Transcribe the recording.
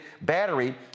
battery